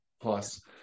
plus